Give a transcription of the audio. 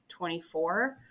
24